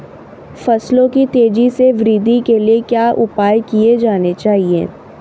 फसलों की तेज़ी से वृद्धि के लिए क्या उपाय किए जाने चाहिए?